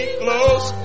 close